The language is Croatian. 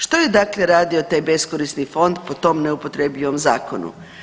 Što je dakle radio taj beskorisni fond po tom neupotrebljivom zakonu?